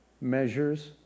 Measures